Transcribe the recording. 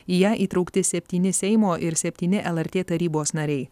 į ją įtraukti septyni seimo ir septyni lrt tarybos nariai